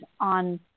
on